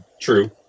true